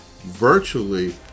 virtually